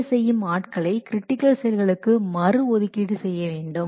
வேலை செய்யும் ஆட்களை கிரிட்டிக்கல் செயல்களுக்கு மறு ஒதுக்கீடு செய்யவேண்டும்